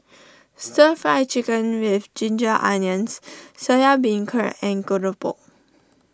Stir Fry Chicken with Ginger Onions Soya Beancurd and Keropok